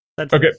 Okay